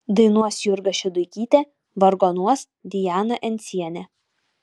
dainuos jurga šeduikytė vargonuos diana encienė